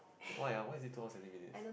why ya why is they told us seventeen minutes